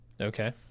Okay